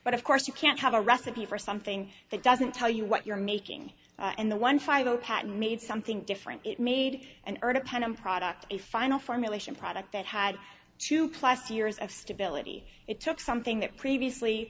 but of course you can't have a recipe for something that doesn't tell you what you're making and the one final patent made something different it made an earth a pen in product a final formulation product that had two plus years of stability it took something that previously